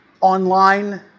online